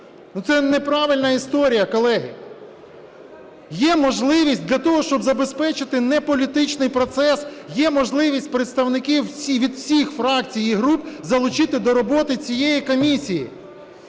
Це неправильна історія, колеги. Є можливість, для того, щоб забезпечити неполітичний процес, є можливість представників від всіх фракцій і груп залучити до роботи цієї комісії,